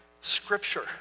Scripture